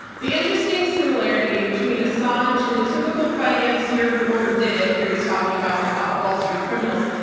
the interesting similarity between assange and a typical financier who overdid it here, he's talking about a wall street criminals,